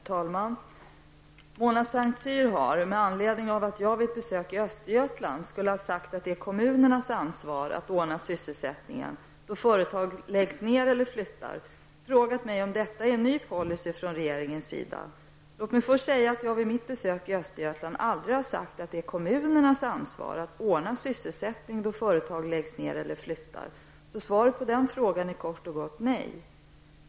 Herr talman! Mona Saint Cyr har, med anledning av att jag vid ett besök i Östergötland skulle ha sagt att det är kommunernas ansvar att ordna sysselsättningen då företag läggs ner eller flyttar, frågat mig om detta är en ny policy från regeringens sida. Låt mig först säga att jag vid mitt besök i Östergötland aldrig har sagt, att det är kommunernas ansvar att ordna sysselsättningen då företag läggs ner eller flyttar. Svaret på frågan är alltså kort och gott nej.